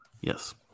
Yes